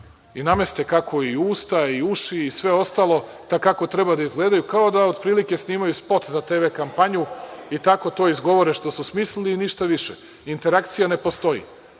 i nameste kako i usta i uši i sve ostalo kako treba da izgledaju, kao da otprilike snimaju spot za TV kampanju i tako to izgovore što su smislili i ništa više, interakcija ne postoji.